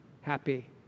happy